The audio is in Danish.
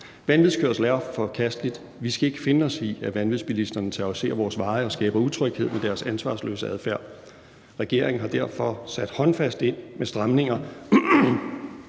Vanvidskørsel er forkasteligt. Vi skal ikke finde os i, at vanvidsbilisterne terroriserer vores veje og skaber utryghed ved deres ansvarsløse adfærd. Regeringen har derfor været håndfast med at indføre stramninger,